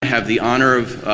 have the honor of